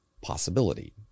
possibility